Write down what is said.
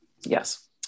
Yes